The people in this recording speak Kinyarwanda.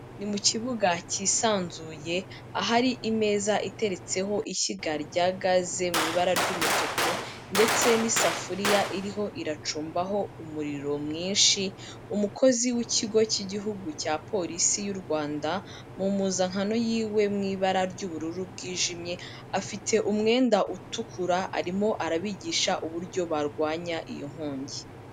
Ni mu kibuga cyisanzuye ahari imeza iteretseho ishyiga rya gaze mu ibara ry'umutuku ndetse n'isafuriya iriho iracumbaho umuriro mwinshi, umukozi w'ikigo cy'igihugu cya polisi y'u Rwanda mu mpuzankano yiwe mu ibara ry'ubururu bwijimye, afite umwenda utukura arimo arabigisha uburyo barwanya iyo nkongi.